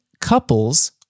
couples